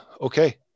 Okay